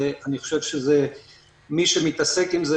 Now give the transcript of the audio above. אני חושב שמי שמתעסק עם זה,